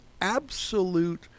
absolute